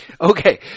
Okay